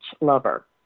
lover